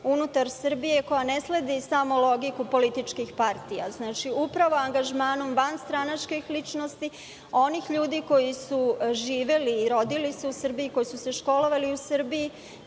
unutar Srbije koja ne sledi samo logiku političkih partija. Znači, upravo angažmanom vanstranačkih ličnosti, onih ljudi koji su živeli i rodili se u Srbiji, koji su se školovali u Srbiji